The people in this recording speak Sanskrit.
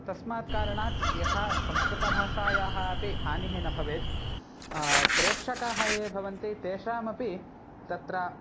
तस्मात् कारणात् यथा संस्कृतभाषायाः अपि हानिः न भवेत् प्रेक्षकाः ये भवन्ति तेषामपि तत्र